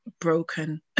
broken